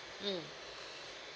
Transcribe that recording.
mm